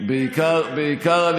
בעיקר,